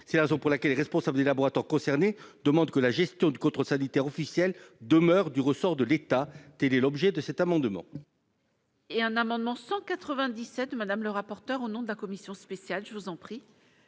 C'est la raison pour laquelle les responsables des laboratoires concernés demandent que la gestion du contrôle sanitaire officiel demeure du ressort de l'État. Tel est l'objet de cet amendement. L'amendement n° 197, présenté par Mme Morhet-Richaud, au nom de la commission spéciale, est ainsi